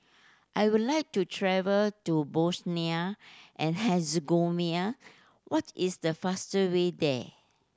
I would like to travel to Bosnia and Herzegovina what is the faster way there